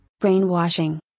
brainwashing